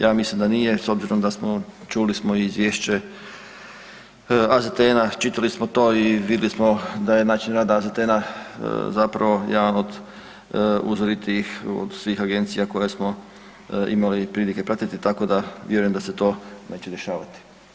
Ja mislim da nije s obzirom da smo, čuli smo i izvješće AZTN-a, čitali smo to i vidjeli smo da je način rada AZTN-a zapravo jedan od uzoritih od svih agencija koje smo imali prilike pratiti tako da vjerujem da se to neće dešavati.